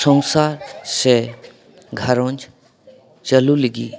ᱥᱚᱝᱥᱟᱨ ᱥᱮ ᱜᱷᱟᱨᱚᱸᱡᱽ ᱪᱟᱹᱞᱩ ᱞᱟᱹᱜᱤᱫ